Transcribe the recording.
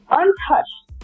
untouched